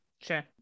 Sure